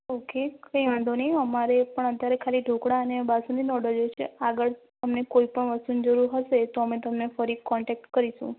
okay કઈ વાંધો નઇ અમારે પણ અત્યારે ખાલી ઢોકળા અને બાસુંદીનો ઓર્ડર જોઈએ છે આગળ તમને કોઇપણ વસ્તુની જરૂર હોય તો એ તો અમે તમને ફરી કોન્ટેક્ટ કરીશું